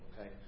Okay